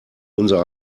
unser